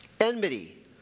enmity